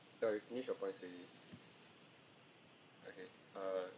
start with niche points already okay uh